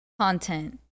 content